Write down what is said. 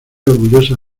orgullosa